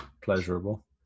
pleasurable